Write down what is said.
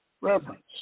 reverence